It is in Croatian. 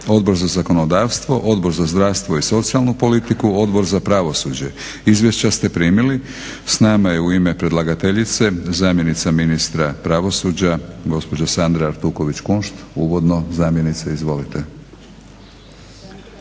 Odbor za zakonodavstvo, Odbor za zdravstvo i socijalnu politiku, Odbor za pravosuđe. Izvješća ste primili. S nama je u ime predlagateljice zamjenica ministra pravosuđa, gospođa Sandra Artuković-Kunšt, uvodno. Zamjenice izvolite.